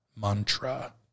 Mantra